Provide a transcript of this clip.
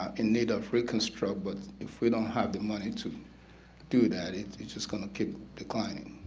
in need of reconstruct but if we don't have the money to do that it's it's just gonna keep declining.